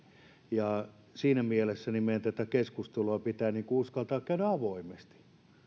siinä mielessä meidän tätä keskustelua pitää uskaltaa käydä avoimesti